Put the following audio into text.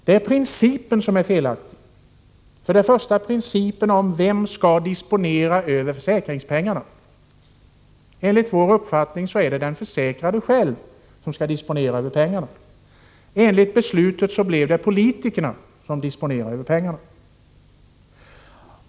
Det är principen som är felaktig, framför allt principen om vem som skall disponera försäkringspengarna. Enligt vår uppfattning är det den försäkrade själv som skall disponera över pengarna. Enligt beslutet blev det politikerna som disponerar över pengarna.